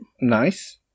Nice